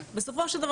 בסופו של דבר,